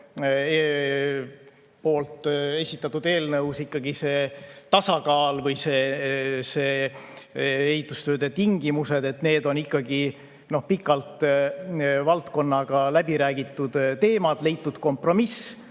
esitatud eelnõus ikkagi tasakaal või ehitustööde tingimused on ikkagi pikalt valdkonnaga läbi räägitud teemad, leitud kompromiss,